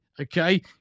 Okay